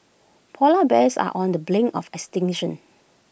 Polar Bears are on the brink of extinction